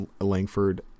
Langford